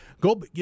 Go